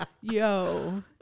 yo